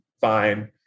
fine